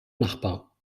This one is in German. nachbar